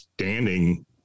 Standing